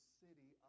city